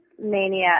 mania